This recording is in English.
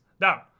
down